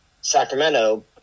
sacramento